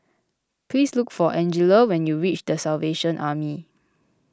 please look for Angella when you reach the Salvation Army